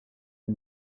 une